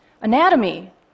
Anatomy